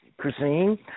cuisine